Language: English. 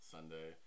Sunday